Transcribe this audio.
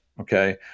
Okay